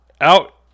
out